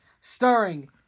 starring